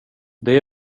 det